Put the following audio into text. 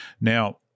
Now